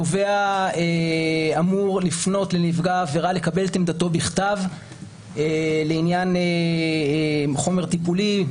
תובע אמור לפנות לנפגע עבירה ולקבל את עמדתו בכתב לעניין חומר טיפולי,